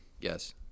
Yes